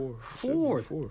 Fourth